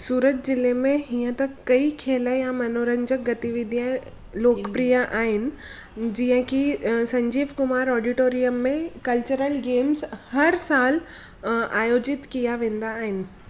सूरत जिले में हीअं त कई खेल या मनोरंजक गतिविधि लोकप्रिय आहिनि जीअं की संजीव कुमार ऑडिटोरियम में कल्चर्ल गेम्स हर सालु अ आयोजित किया वेंदा आहिनि